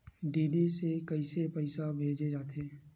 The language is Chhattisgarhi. डी.डी से कइसे पईसा भेजे जाथे?